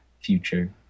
future